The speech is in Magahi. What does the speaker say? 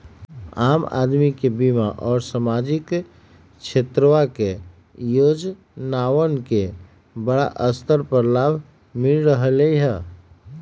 आम अदमीया के बीमा और सामाजिक क्षेत्रवा के योजनावन के बड़ा स्तर पर लाभ मिल रहले है